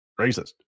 racist